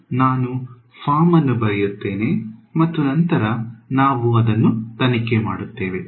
ನಾನು ಫಾರ್ಮ್ ಅನ್ನು ಬರೆಯುತ್ತೇನೆ ಮತ್ತು ನಂತರ ನಾವು ಅದನ್ನು ತನಿಖೆ ಮಾಡುತ್ತೇವೆ